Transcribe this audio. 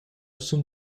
sun